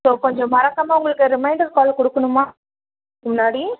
so கொஞ்சம் மறக்காமல் உங்களுக்கு ரிமைண்டர் கால் கொடுக்கணுமா முன்னாடி